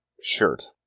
shirt